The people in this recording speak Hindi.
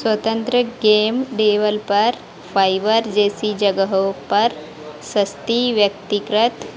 स्वतंत्र गेम डेवलपर फाइवर जैसी जगहों पर सस्ती व्यक्तिकृत